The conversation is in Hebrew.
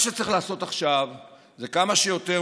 מה שצריך לעשות עכשיו הוא כמה שיותר